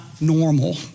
normal